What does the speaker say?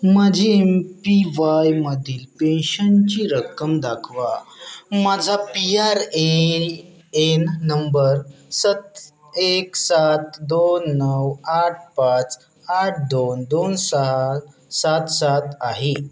माझी M P वायमधील पेन्शनची रक्कम दाखवा माझा P R A N number सत एक सात दोन नऊ आठ पाच आठ दोन दोन सहा सात सात आहे